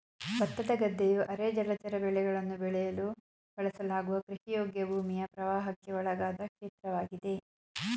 ಭತ್ತದ ಗದ್ದೆಯು ಅರೆ ಜಲಚರ ಬೆಳೆಗಳನ್ನು ಬೆಳೆಯಲು ಬಳಸಲಾಗುವ ಕೃಷಿಯೋಗ್ಯ ಭೂಮಿಯ ಪ್ರವಾಹಕ್ಕೆ ಒಳಗಾದ ಕ್ಷೇತ್ರವಾಗಿದೆ